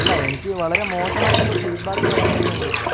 അല്ല എനിക്ക് വളരെ മോശമായിട്ടുള്ളൊരു ഫീഡ് ബാക്ക് പറയാൻ വേണ്ടി ഞാൻ വിളിച്ചതാണ്